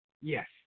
Yes